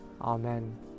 Amen